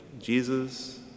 Jesus